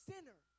sinner